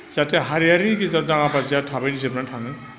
जाहाथे हारियारि गेजेराव दाङा बाजिया थाबैनो जोबनानै थाङो